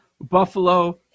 Buffalo